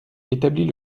établit